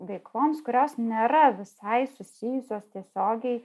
veikloms kurios nėra visai susijusios tiesiogiai